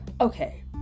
okay